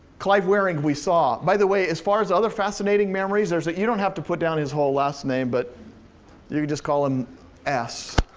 clive wearing we saw. by the way, as far as other fascinating memories, ah you don't have to put down his whole last name, but you can just call him s.